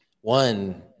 one